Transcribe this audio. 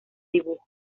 dibujo